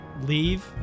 leave